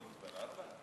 ארבע?